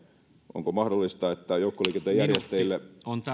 onko mahdollista että joukkoliikenteen järjestäjille